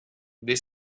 the